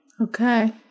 okay